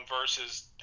versus